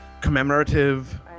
commemorative